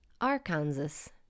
Arkansas